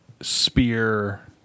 spear